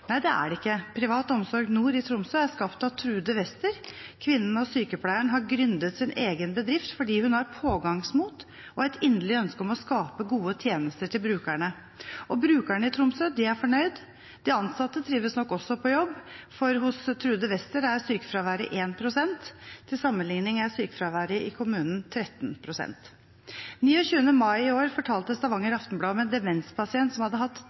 Nei, det er det ikke. Privat Omsorg Nord i Tromsø er skapt av Trude Wester, kvinnen og sykepleieren har «gründet» sin egen bedrift fordi hun har pågangsmot og et inderlig ønske om å skape gode tjenester til brukerne. Og brukerne i Tromsø er fornøyde. De ansatte trives nok også på jobb, for hos Trude Wester er sykefraværet 1 pst. Til sammenligning er sykefraværet i kommunen 13 pst. 29. mai i år fortalte Stavanger Aftenblad om en demenspasient som hadde hatt